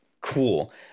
Cool